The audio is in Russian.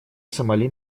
сомали